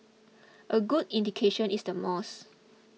a good indication is the malls